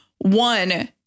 one